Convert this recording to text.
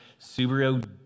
Subaru